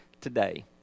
today